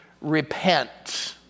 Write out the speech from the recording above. repent